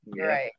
right